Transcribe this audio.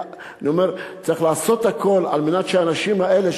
צריך לעשות הכול כדי שהאנשים האלה,